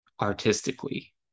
artistically